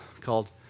called